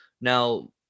Now